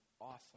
awesome